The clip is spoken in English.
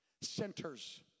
centers